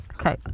Okay